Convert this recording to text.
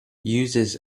uses